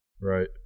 Right